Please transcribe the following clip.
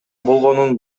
болгонун